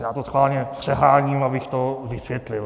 Já to schválně přeháním, abych to vysvětlil.